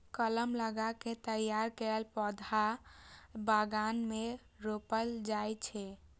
कलम लगा कें तैयार कैल पौधा बगान मे रोपल जाइ छै